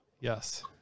Yes